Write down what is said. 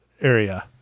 area